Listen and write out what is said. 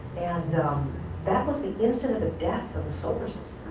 and that was the instant of a death of a solar so